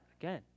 again